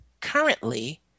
currently